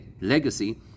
legacy